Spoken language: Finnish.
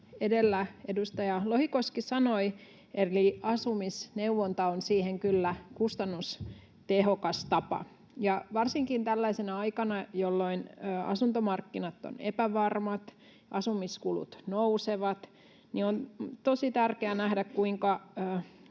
edellä edustaja Lohikoski sanoi, eli asumisneuvonta on siihen kyllä kustannustehokas tapa. Ja varsinkin tällaisena aikana, jolloin asuntomarkkinat ovat epävarmat, asumiskulut nousevat, on tosi tärkeää nähdä, kuinka